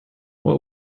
what